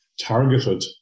targeted